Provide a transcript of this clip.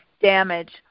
damage